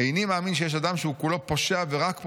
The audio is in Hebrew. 'איני מאמין שיש אדם שהוא כולו פושע, ורק פושע.